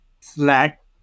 Slack